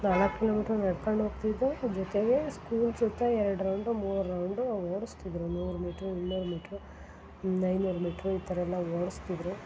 ನಾಲ್ಕು ಕಿಲೋಮೀಟ್ರ್ ನಡ್ಕಂಡು ಹೋಗ್ತಿದ್ದೆ ಜೊತೆಗೆ ಸ್ಕೂಲ್ ಸುತ್ತ ಎರಡು ರೌಂಡು ಮೂರು ರೌಂಡು ಓಡಸ್ತಿದ್ದರು ನೂರು ಮೀಟ್ರು ಇನ್ನೂರು ಮೀಟ್ರು ಐನೂರು ಮೀಟ್ರು ಈ ಥರ ಎಲ್ಲ ಓಡಸ್ತಿದ್ದರು